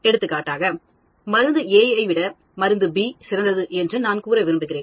எடுத்துக்காட்டாக மருந்து A ஐ விட மருந்து B சிறந்தது என்று நான் கூற விரும்புகிறேன்